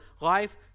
life